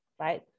right